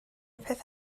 peth